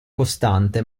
costante